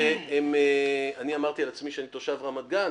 אני אמרתי על עצמי שאני תושב רמת גן,